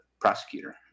prosecutor